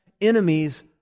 enemies